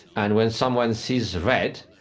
and when someone sees red,